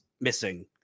missing